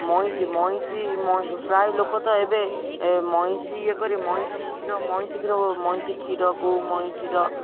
ମଇଁଷି ମଇଁଷି ପ୍ରାୟ ଲୋକ ତ ଏବେ ମଇଁଷି ଇଏ କରି ମଇଁଷି କ୍ଷୀର ମଇଁଷି କ୍ଷୀର ମଇଁଷି କ୍ଷୀରକୁ ମଇଁଷିର